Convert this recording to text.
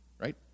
right